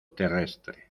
terrestre